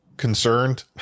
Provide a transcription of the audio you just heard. concerned